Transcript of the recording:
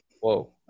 Whoa